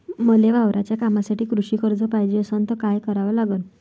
मले वावराच्या कामासाठी कृषी कर्ज पायजे असनं त काय कराव लागन?